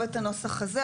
לא את הנוסח הזה,